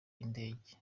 ndege